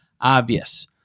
obvious